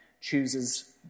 chooses